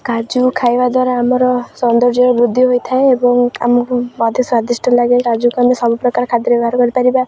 କାଜୁ ଖାଇବା ଦ୍ୱାରା ଆମର ସୌନ୍ଦର୍ଯ୍ୟରେ ବୃଦ୍ଧି ହୋଇଥାଏ ଏବଂ ଆମକୁ ମଧ୍ୟ ସ୍ୱାଦିଷ୍ଟ ଲାଗେ କାଜୁକୁ ଆମେ ସବୁ ପ୍ରକାର ଖାଦ୍ୟ ବ୍ୟବହାର କରିପାରିବା